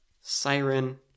Siren